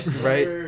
right